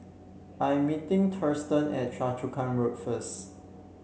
I am meeting Thurston at Choa Chu Kang Road first